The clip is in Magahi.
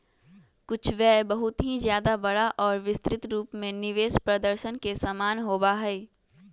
कुछ व्यय बहुत ही ज्यादा बड़ा और विस्तृत रूप में निवेश प्रदर्शन के समान होबा हई